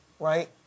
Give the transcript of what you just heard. Right